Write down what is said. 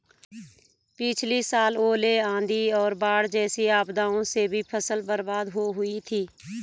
पिछली साल ओले, आंधी और बाढ़ जैसी आपदाओं से भी फसल बर्बाद हो हुई थी